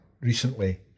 recently